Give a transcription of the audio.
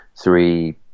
three